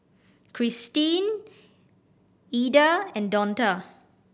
Cristine Ilda and Donta